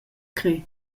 crer